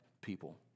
people